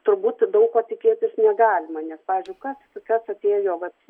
turbūt daug ko tikėtis negalima nes pavyzdžiui kas kas atėjo vat